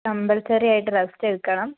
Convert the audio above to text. compulsory ആയിട്ട് rest എടുക്കണം